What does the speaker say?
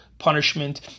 Punishment